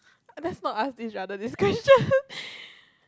let's not ask each other this question